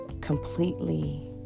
completely